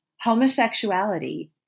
homosexuality